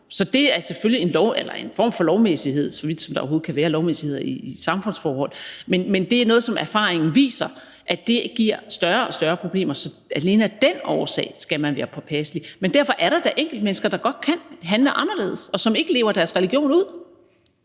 Så det er selvfølgelig en form for lovmæssighed, så vidt som der overhovedet kan være lovmæssigheder i samfundsforhold. Men det er noget, som erfaringen viser giver større og større problemer. Så alene af den årsag skal man være påpasselig. Men derfor er der da enkeltmennesker, der godt kan handle anderledes, og som ikke lever deres religion ud.